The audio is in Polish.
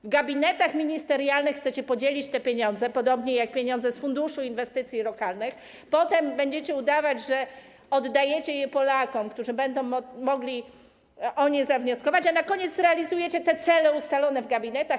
W gabinetach ministerialnych chcecie podzielić te pieniądze, podobnie jak pieniądze z funduszu inwestycji lokalnych, a potem będziecie udawać, że oddajecie je Polakom, którzy będą mogli o nie wnioskować, a na koniec realizujecie cele ustalone w gabinetach?